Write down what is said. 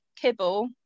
kibble